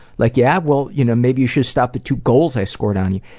like, yeah? well you know maybe you should've stopped the two goals i scored on you.